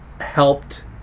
helped